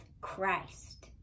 Christ